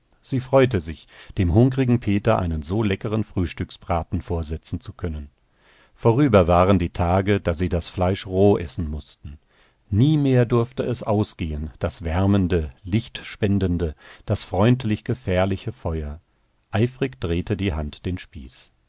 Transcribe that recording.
sie freute sich dem hungrigen peter einen so leckeren frühstücksbraten vorsetzen zu können vorüber waren die tage da sie das fleisch roh essen mußten nie mehr durfte es ausgehen das wärmende lichtspendende das freundlich gefährliche feuer eifrig drehte die hand den spieß